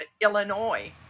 Illinois